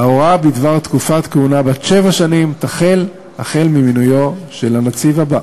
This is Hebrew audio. וההוראה בדבר תקופת כהונה בת שבע שנים תחל ממינויו של הנציב הבא.